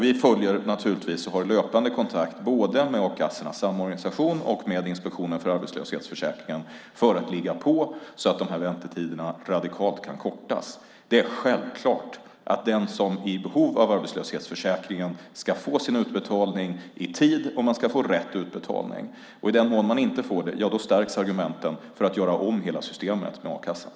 Vi har naturligtvis löpande kontakt både med Arbetslöshetskassornas Samorganisation och med Inspektionen för arbetslöshetsförsäkringen för att ligga på så att väntetiderna radikalt kan kortas. Det är självklart att den som är i behov av arbetslöshetsförsäkringen ska få sin utbetalning i tid, och man ska få rätt utbetalning. I den mån man inte får det, ja, då stärks argumenten för att göra om hela systemet med a-kassan.